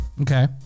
Okay